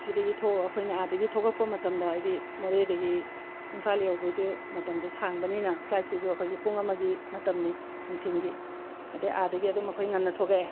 ꯁꯤꯗꯒꯤ ꯊꯣꯛꯑꯒ ꯑꯩꯈꯣꯏꯅ ꯑꯥꯗꯒꯤ ꯊꯣꯛꯂꯛꯄ ꯃꯇꯝꯗ ꯍꯥꯏꯗꯤ ꯃꯣꯔꯦꯗꯒꯤ ꯏꯝꯐꯥꯜ ꯌꯧꯕꯗꯣ ꯃꯇꯝꯗꯣ ꯁꯥꯡꯕꯅꯤꯅ ꯐ꯭ꯂꯥꯏꯠꯁꯤꯁꯨ ꯑꯩꯈꯣꯏꯒꯤ ꯄꯨꯡ ꯑꯃꯒꯤ ꯃꯇꯝꯅꯤ ꯅꯨꯡꯊꯤꯜꯒꯤ ꯑꯗꯒꯤ ꯑꯥꯗꯒꯤ ꯑꯗꯨꯝ ꯑꯩꯈꯣꯏ ꯉꯟꯅ ꯊꯣꯛꯂꯛꯑꯦ